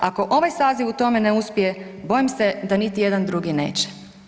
Ako ovaj saziv u tome ne uspje, bojim se da niti jedan drugi neće.